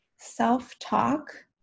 self-talk